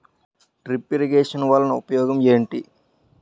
drip irrigation వలన ఉపయోగం ఏంటి